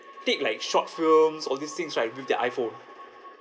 take like short films all these things right with their iphone